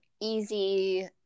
easy